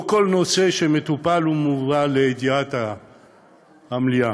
לא כל נושא שמטופל מובא לידיעת המליאה,